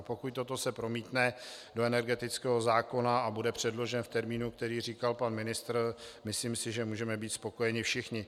Pokud se toto promítne do energetického zákona a bude předložen v termínu, který říkal pan ministr, myslím si, že můžeme být spokojeni všichni.